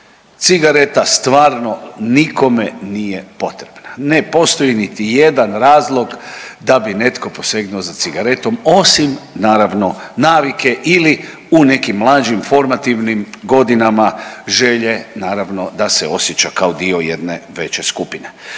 Cigareta stvarno nikome nije potrebna, ne postoji niti jedan razlog da bi netko posegnuo za cigaretom osim naravno navike ili u nekim mlađim formativnim godinama želje naravno da se osjeća kao dio jedne veće skupine.